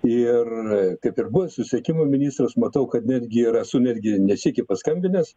ir kaip ir buvęs susisiekimo ministras matau kad netgi ir esu netgi ne sykį paskambinęs